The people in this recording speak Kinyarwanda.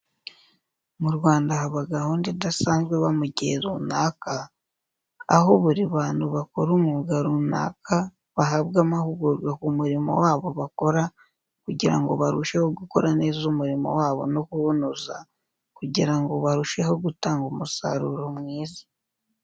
Mu Rwanda haba gahunda idasanzwe iba mu gihe runaka, aho buri bantu bakora umwuga runaka bahabwa amahugurwa ku murimo wabo bakora kugira ngo barusheho gukora neza umurimo wabo no kuwunoza kugira ngo barusheho gutanga umusaruro mwiza.